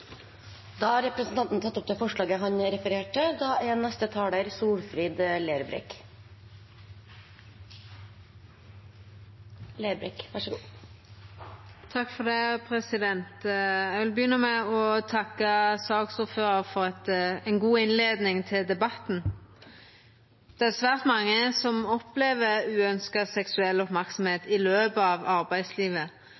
Da har representanten Per Olaf Lundteigen tatt opp forslaget han refererte til. Eg vil begynna med å takka saksordføraren for ei god innleiing til debatten. Det er svært mange som opplever uønskt seksuell